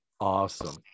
awesome